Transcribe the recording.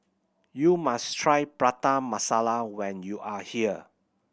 you must try Prata Masala when you are here